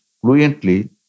fluently